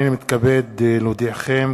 הנני מתכבד להודיעכם,